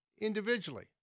individually